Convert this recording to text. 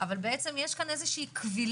אבל יש פה קבילה.